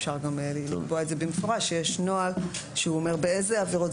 אפשר גם לקבוע את זה במפורש שיש נוהל שהוא אומר באיזה עבירות.